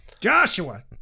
Joshua